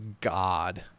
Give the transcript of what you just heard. God